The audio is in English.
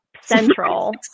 central